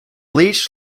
leech